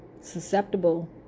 susceptible